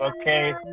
okay